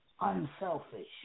unselfish